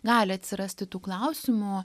gali atsirasti tų klausimų